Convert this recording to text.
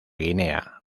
guinea